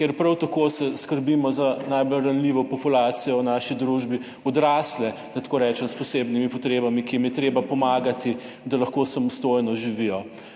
kjer prav tako skrbimo za najbolj ranljivo populacijo v naši družbi, odrasle, da tako rečem, s posebnimi potrebami, ki jim je treba pomagati, da lahko samostojno živijo.